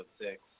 six